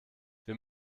wir